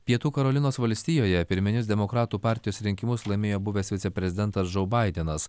pietų karolinos valstijoje pirminius demokratų partijos rinkimus laimėjo buvęs viceprezidentas džou baidenas